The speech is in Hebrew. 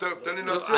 תן לי להציע.